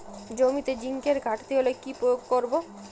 জমিতে জিঙ্কের ঘাটতি হলে কি প্রয়োগ করব?